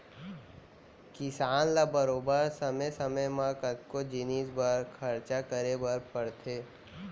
किसान ल बरोबर समे समे म कतको जिनिस बर खरचा करे बर परथे